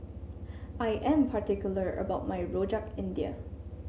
I am particular about my Rojak India